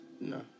no